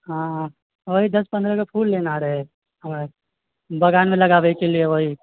हँ ओएह दश पन्द्रह गो फूल लेना रहै बगानमे लगाबयके लिए ओएह